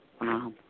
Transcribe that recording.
Wow